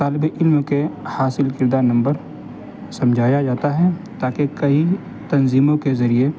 طالب علم کے حاصل کردہ نمبر سمجھایا جاتا ہے تاکہ کئی تنظیموں کے ذریعے